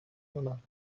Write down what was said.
کنم